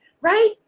right